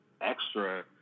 extra